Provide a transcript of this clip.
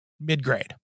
mid-grade